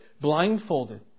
blindfolded